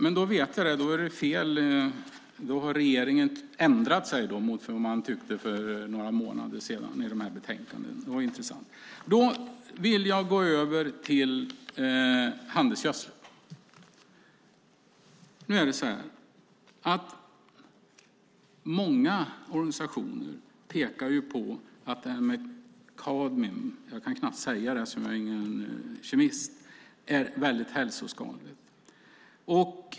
Fru talman! Då vet jag det. Då har regeringen ändrat sig jämfört med vad man tyckte för några månader sedan. Det var intressant. Låt mig i stället gå över till handelsgödseln. Många organisationer pekar på att kadmium är mycket hälsoskadligt.